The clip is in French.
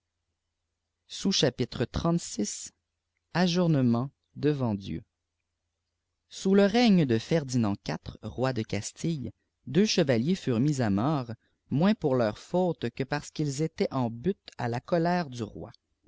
ijoumements devant dieu sous le règne de ferdinand ly roi de castille deux chevaliers furent mis à mort moins pour leurs fautes que parce qu'ils étaient en butte à la colère du roi